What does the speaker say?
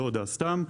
סתם,